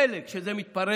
מילא כשזה מתפרס